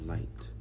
Light